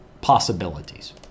possibilities